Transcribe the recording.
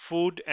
Food